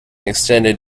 extended